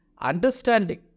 understanding